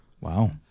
Wow